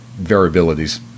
variabilities